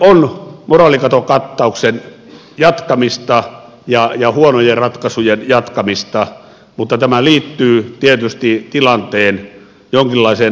tämä on moraalikatokattauksen jatkamista ja huonojen ratkaisujen jatkamista mutta tämä liittyy tietysti tilanteen jonkinlaiseen hallintayritykseen